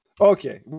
Okay